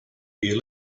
you